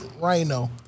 rhino